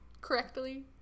correctly